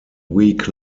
week